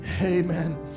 Amen